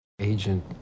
Agent